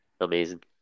amazing